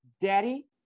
daddy